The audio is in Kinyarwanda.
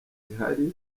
zihari